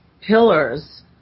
pillars